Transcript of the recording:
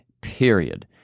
Period